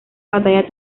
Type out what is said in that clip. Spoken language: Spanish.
batalla